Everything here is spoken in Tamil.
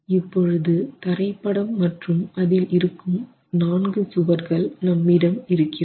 இப்பொழுது தரைப்படம் மற்றும் அதில் இருக்கும் நான்கு சுவர்கள் நம்மிடம் இருக்கிறது